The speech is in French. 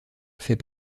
fait